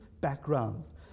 backgrounds